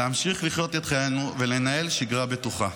להמשיך לחיות את חיינו ולנהל שגרה בטוחה.